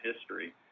history